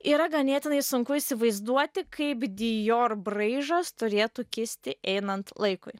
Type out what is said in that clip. yra ganėtinai sunku įsivaizduoti kaip dijor braižas turėtų kisti einant laikui